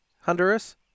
Honduras